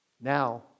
Now